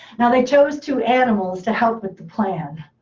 now they chose two animals to help with the plan.